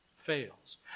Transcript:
fails